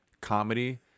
comedy